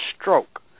stroke